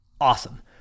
Awesome